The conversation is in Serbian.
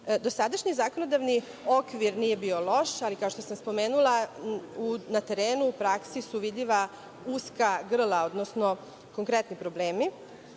radi. Dosadašnji zakonodavni okvir nije bio loš, ali kao što sam spomenula, na terenu i u praksi su vidljiva uska grla, odnosno konkretni problemi.